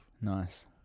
Nice